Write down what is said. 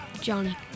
Johnny